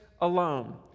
alone